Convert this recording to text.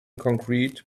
concrete